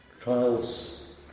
Trials